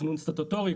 תכנון סטטוטורי,